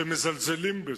שמזלזלים בזה,